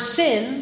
sin